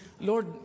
Lord